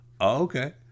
okay